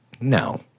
No